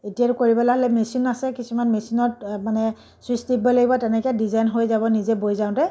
এতিয়াতো কৰিবলৈ হ'লে মেচিন আছে কিছুমান মেচিনত মানে চুইচ টিপিব লাগিব তেনেকৈ ডিজাইন হৈ যাব নিজে বৈ যাওঁতে